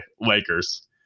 Lakers